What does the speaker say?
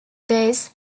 days